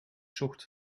zocht